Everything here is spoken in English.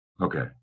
Okay